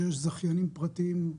שיש זכיינים פרטיים,